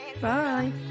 Bye